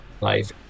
life